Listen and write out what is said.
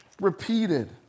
repeated